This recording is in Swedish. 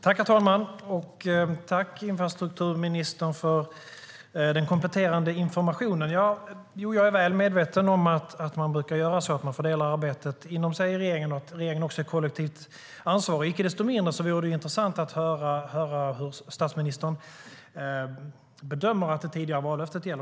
Herr talman! Tack, infrastrukturministern, för den kompletterande informationen! Jo, jag är väl medveten om att regeringen brukar fördela arbetet inom sig och att regeringen också är kollektivt ansvarig. Icke desto mindre vore det intressant att höra hur statsministern bedömer det tidigare vallöftet.